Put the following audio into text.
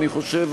אני חושב,